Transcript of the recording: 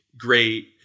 great